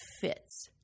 fits